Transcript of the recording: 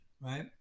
right